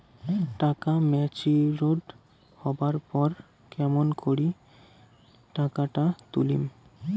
টাকা ম্যাচিওরড হবার পর কেমন করি টাকাটা তুলিম?